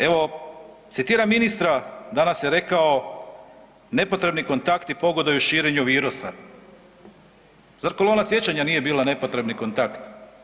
Evo, citiram ministra, danas je rekao: „Nepotrebni kontakti pogoduju širenju virusa.“ Zar Kolona sjećanja nije bila nepotrebni kontakt?